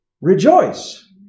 Rejoice